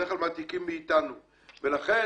בדרך כלל מעתיקים מאיתנו ולכן,